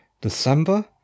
December